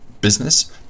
business